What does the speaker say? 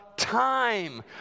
time